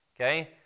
Okay